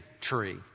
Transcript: tree